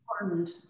important